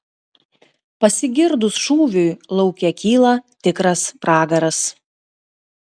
pasigirdus šūviui lauke kyla tikras pragaras